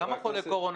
חולי קורונה